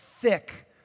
thick